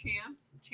Champs